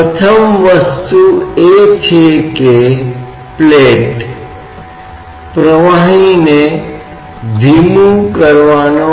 तो हम केवल x दिशा के साथ बल लिख रहे हैं समान समीकरण y दिशा के लिए मान्य होंगे